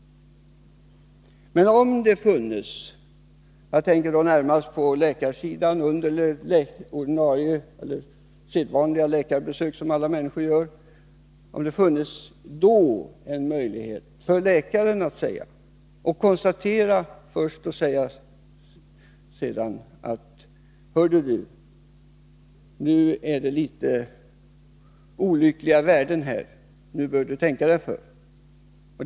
Men alla människor gör ju läkarbesök. Kanske vore det bra om det funnes en möjlighet för läkaren att vid människornas sedvanliga besök göra ett prov och sedan konstatera: Nu har du litet olyckliga värden och bör tänka dig för.